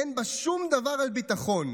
אין בה שום דבר על ביטחון.